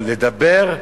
אתם מסונוורים,